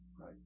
Right